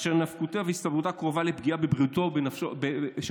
אשר נפקותה והסתברותה קרובה לפגיעה בבריאות של הכבאי.